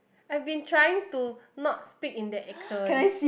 I've been trying to not speak in that accent